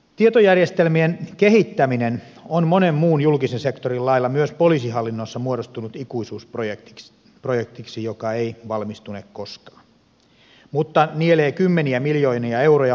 tietojärjestelmien kehittäminen on monen muun julkisen sektorin lailla myös poliisihallinnossa muodostunut ikuisuusprojektiksi projektiksi joka ei valmistune koskaan mutta nielee kymmeniä miljoonia euroja molokin kitaansa